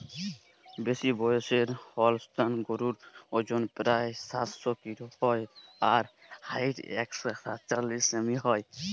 বেশিবয়সের Holstein গরুর অজন প্রায় সাতশ কিলো হয় আর হাইট একশ সাতচল্লিশ সেমি হয়